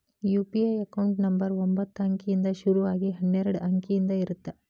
UPI account number ಒಂಬತ್ತ ಅಂಕಿಯಿಂದ್ ಶುರು ಆಗಿ ಹನ್ನೆರಡ ಅಂಕಿದ್ ಇರತ್ತ